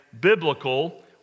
biblical